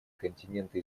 континенты